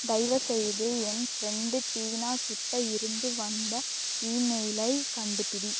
தயவுசெய்து என் friend Tina கிட்ட இருந்து வந்த இமெயிலை கண்டுபிடி